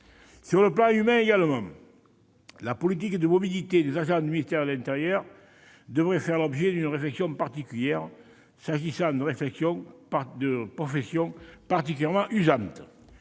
Sur le plan humain toujours, la politique de mobilité des agents du ministère de l'intérieur devrait faire l'objet d'une réflexion particulière, s'agissant de professions particulièrement usantes.